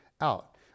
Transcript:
out